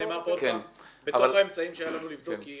בכל האמצעים שהיה לנו לבדוק,